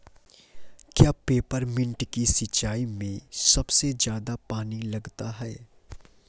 क्या पेपरमिंट की सिंचाई में सबसे ज्यादा पानी लगता है?